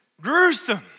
gruesome